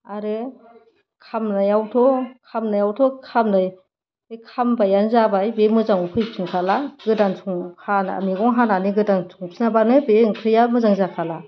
आरो खामनायावथ' खामनाय बे खामनाया जाबाय बे मोजाङाव फैफिनखाला गोदान मैगं हानानै गोदान संफिनाबानो बे ओंख्रिया मोजां जाखाला